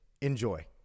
Enjoy